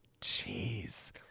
Jeez